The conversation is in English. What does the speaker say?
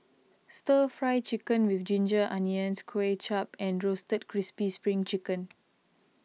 Stir Fry Chicken with Ginger Onions Kway Chap and Roasted Crispy Spring Chicken